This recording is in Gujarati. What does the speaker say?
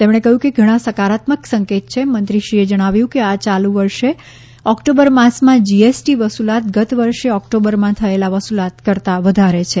તેમણે કહ્યું કે ઘણા સકારાત્મક સંકેત છે મંત્રીશ્રીએ જણાવ્યું કે આ યાલુ વર્ષે ઓક્ટોબર માસમાં જીએસટી વસૂલાત ગત વર્ષે ઓક્ટોબરમાં થયેલા વસૂલાત કરતાં વધારે છે